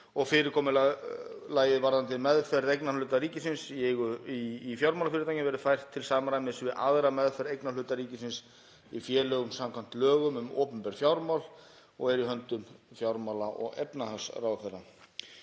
og fyrirkomulagið varðandi meðferð eignarhluta ríkisins í fjármálafyrirtækjum verði fært til samræmis við aðra meðferð eignarhluta ríkisins í félögum samkvæmt lögum um opinber fjármál og er í höndum fjármála- og efnahagsráðherra.